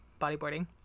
bodyboarding